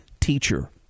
teacher